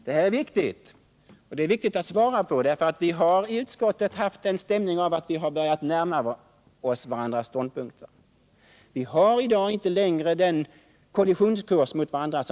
Den frågan är viktig, och det är lika viktigt att få svar på den, eftersom vi i utskottet haft en känsla av att vi i våra ståndpunkter har börjat närma oss varandra.